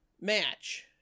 match